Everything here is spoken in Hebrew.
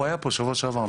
הוא היה פה שבוע שעבר.